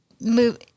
move